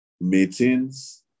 meetings